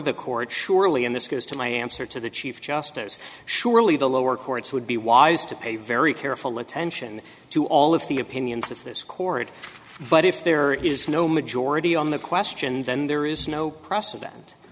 the court surely and this goes to my answer to the chief justice surely the lower courts would be wise to pay very careful attention to all of the opinions of this court but if there is no majority on the question then there is no precedent